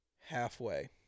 halfway